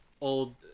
old